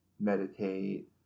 meditate